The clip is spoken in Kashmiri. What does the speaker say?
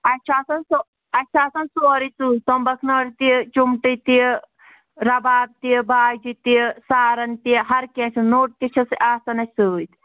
اَسہِ چھُ آسان سُہ اَسہِ چھُ آسان سورُے سۭتۍ تُمبکھنٲرۍ تہِ چُمٹہٕ تہِ رَباب تہِ باجہِ تہِ سارَن تہِ ہر کینٛہہ چھُ نوٚٹ تہِ چھَس آسان اَسہِ سۭتۍ